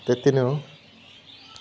त्यति नै हो